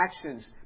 actions